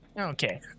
Okay